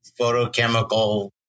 photochemical